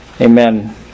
Amen